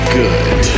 good